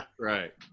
Right